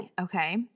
Okay